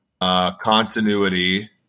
continuity